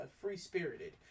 free-spirited